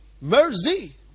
Mercy